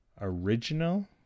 original